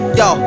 yo